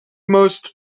most